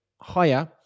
higher